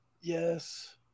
Yes